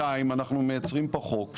אבל, בינתיים אנחנו מייצרים פה חוק --- שנתיים,